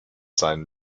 seinem